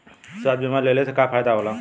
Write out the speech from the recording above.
स्वास्थ्य बीमा लेहले से का फायदा होला?